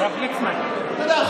אתה יודע,